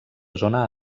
zona